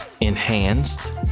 enhanced